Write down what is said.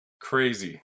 Crazy